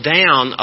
down